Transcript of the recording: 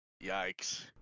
Yikes